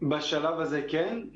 בשלב הזה כן.